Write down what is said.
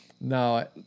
No